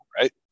right